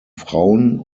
frauen